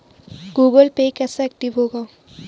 Google Pay कैसे active होगा?